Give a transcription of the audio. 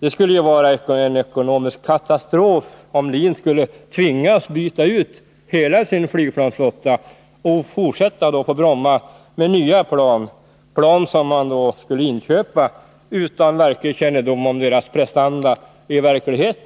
Det skulle ju vara en ekonomisk katastrof om LIN skulle tvingas byta ut hela sin flygplansflotta och fortsätta på Bromma med nya plan, som man skulle inköpa utan kännedom om deras prestanda i verkligheten.